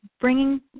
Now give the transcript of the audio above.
bringing